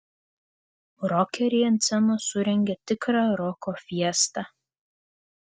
rokeriai ant scenos surengė tikrą roko fiestą